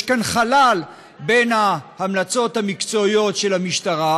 יש כאן חלל בין ההמלצות המקצועיות של המשטרה